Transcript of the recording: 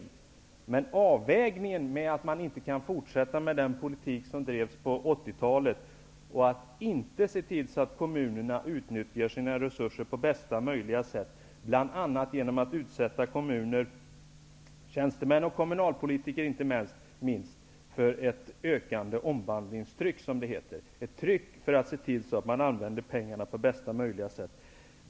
Men det vore oförsvarligt om riksdagen inte tog på sig ansvaret för att man inte kan fortsätta med den politik som drevs på 80 talet utan måste se till att kommunerna utnyttjar sina resurser på bästa möjliga sätt, bl.a. genom att utsätta kommuntjänstemän och inte minst kommunalpolitiker för ett ökande omvandlingstryck, som det heter, ett tryck för att se till att pengarna används på bästa möjliga sätt.